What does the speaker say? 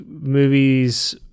movies